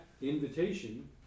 invitation